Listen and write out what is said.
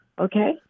Okay